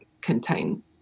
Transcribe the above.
contain